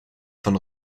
von